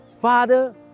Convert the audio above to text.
Father